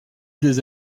des